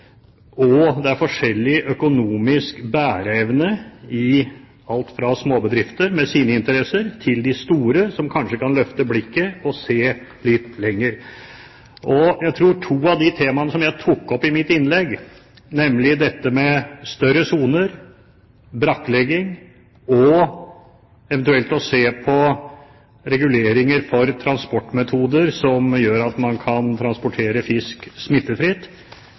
og det er forskjellig økonomisk bæreevne – alt fra småbedrifter, med sine interesser, til de store, som kanskje kan løfte blikket og se litt lenger. To av de temaene som jeg tok opp i mitt innlegg, nemlig dette med større soner og brakklegging, og eventuelt å se på reguleringer for transportmetoder som gjør at man kan transportere fisk smittefritt,